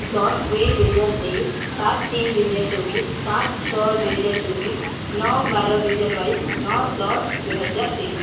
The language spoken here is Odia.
ଦଶ ଦୁଇ ଦୁଇହଜାର ତେଇଶି ସାତ ତିନି ଦୁଇହଜାର ଚବିଶି ପାଞ୍ଚ ଛଅ ଦୁଇହଜାର ଚବିଶି ନଅ ବାର ଦୁଇହଜାର ବାଇଶି ନଅ ଦଶ ଦୁଇହଜାର ତେଇଶି